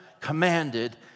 commanded